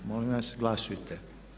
Molim vas glasujte.